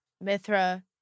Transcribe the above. Mithra